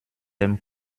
dem